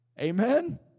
Amen